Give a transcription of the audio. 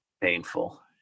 Painful